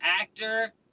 actor